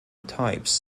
types